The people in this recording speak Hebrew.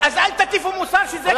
אז אל תטיפו מוסר שזו קייטנה.